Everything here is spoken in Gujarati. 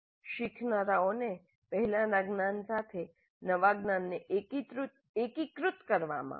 શીખનારાઓને પહેલાંના જ્ઞાન સાથે નવા જ્ઞાનને એકીકૃત કરવામાં સહાય કરે છે